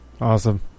awesome